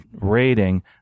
rating